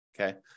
okay